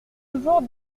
toujours